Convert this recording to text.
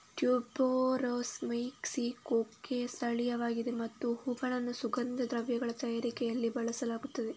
tuberose ಮೆಕ್ಸಿಕೊಕ್ಕೆ ಸ್ಥಳೀಯವಾಗಿದೆ ಮತ್ತು ಹೂವುಗಳನ್ನು ಸುಗಂಧ ದ್ರವ್ಯಗಳ ತಯಾರಿಕೆಯಲ್ಲಿ ಬಳಸಲಾಗುತ್ತದೆ